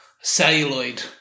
celluloid